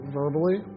verbally